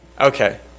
Okay